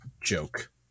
joke